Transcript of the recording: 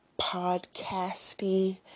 podcasty